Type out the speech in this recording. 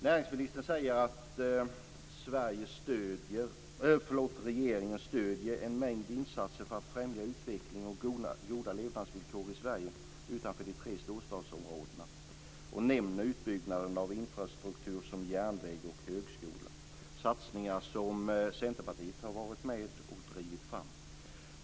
Näringsministern säger att regeringen "stöder en mängd insatser för att främja utveckling och goda levnadsvillkor i Sverige utanför de tre storstadsområdena". Han nämner utbyggnad av infrastruktur som järnväg och högskola, satsningar som Centerpartiet har varit med och drivit fram.